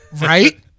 Right